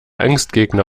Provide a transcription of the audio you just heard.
angstgegner